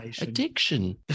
addiction